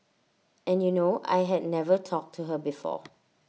and you know I had never talked to her before